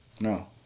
No